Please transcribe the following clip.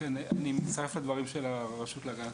כן, אני מצטרף לדברים של הרשות להגנת